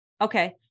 Okay